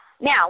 Now